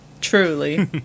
Truly